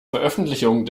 veröffentlichung